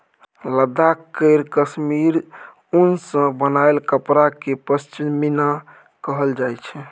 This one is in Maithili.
लद्दाख केर काश्मीर उन सँ बनाएल कपड़ा केँ पश्मीना कहल जाइ छै